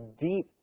deep